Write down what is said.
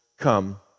come